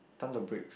tons of bricks